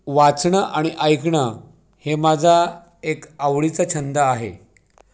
वाचणं आणि ऐकणं हे माझा एक आवडीचा छंद आहे